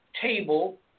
table